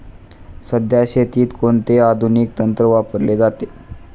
सध्या शेतीत कोणते आधुनिक तंत्र वापरले जाते?